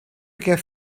aquest